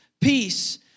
peace